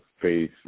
faith